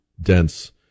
dense